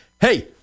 Hey